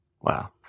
Wow